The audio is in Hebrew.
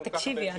תקשיבי,